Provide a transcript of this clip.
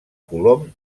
colom